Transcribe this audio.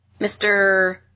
Mr